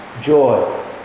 joy